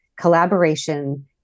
collaboration